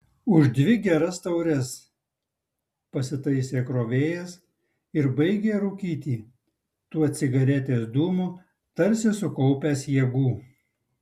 už dvi geras taures pasitaisė krovėjas ir baigė rūkyti tuo cigaretės dūmu tarsi sukaupęs jėgų